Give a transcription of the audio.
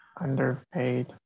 Underpaid